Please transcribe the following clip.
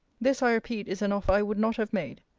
this, i repeat, is an offer i would not have made.